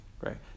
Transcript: right